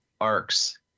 arcs